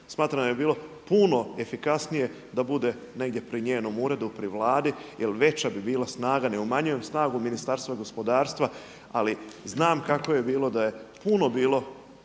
Smatram da bi bilo puno efikasnije da bude negdje pri njenom uredu, pri Vladi jer veća bi bila snaga. Ne umanjujem snagu Ministarstva gospodarstva ali znam kako bi bilo da je puno bilo